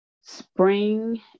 Spring